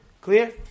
Clear